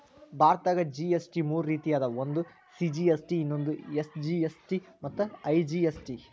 ಭಾರತದಾಗ ಜಿ.ಎಸ್.ಟಿ ಮೂರ ರೇತಿ ಅದಾವ ಒಂದು ಸಿ.ಜಿ.ಎಸ್.ಟಿ ಇನ್ನೊಂದು ಎಸ್.ಜಿ.ಎಸ್.ಟಿ ಮತ್ತ ಐ.ಜಿ.ಎಸ್.ಟಿ